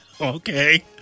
Okay